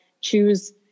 choose